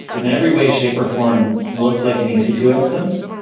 in every way, shape or form, looks like an e c two instance.